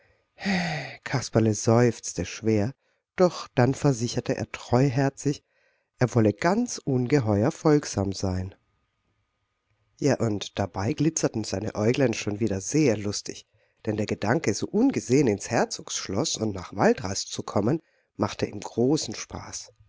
kasperle seufzte schwer doch dann versicherte er treuherzig er wolle ganz ungeheuer folgsam sein ja und dabei glitzerten seine äuglein schon wieder sehr lustig denn der gedanke so ungesehen ins herzogsschloß und nach waldrast zu kommen machte ihm großen spaß